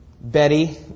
Betty